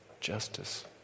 justice